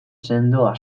sendoa